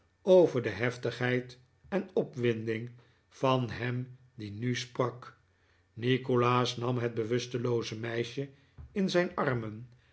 over de heftigheid en opwinding van hem die nu sprak nikolaas nam het bewustelooze meisje in zijn armen